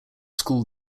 school